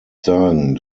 sagen